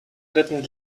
retten